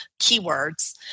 keywords